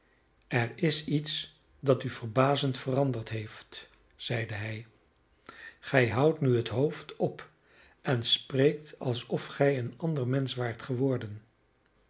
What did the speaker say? er is iets dat u verbazend veranderd heeft zeide hij gij houdt nu het hoofd op en spreekt alsof gij een ander mensch waart geworden